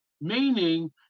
meaning